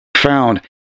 found